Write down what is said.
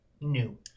new